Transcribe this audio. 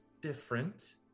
different